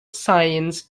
science